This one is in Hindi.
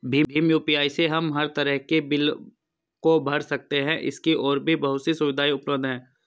भीम यू.पी.आई से हम हर तरह के बिल को भर सकते है, इसकी और भी बहुत सी सुविधाएं उपलब्ध है